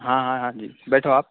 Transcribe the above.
ہاں ہاں ہاں جی بیٹھو آپ